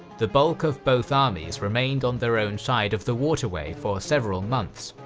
the bulk of both armies remained on their own side of the waterway for several months,